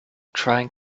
trying